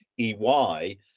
EY